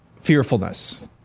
fearfulness